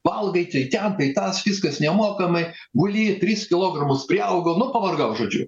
valgai tai ten tai tas viskas nemokamai guli tris kilogramus priaugau nu pavargau žodžiu